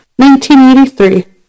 1983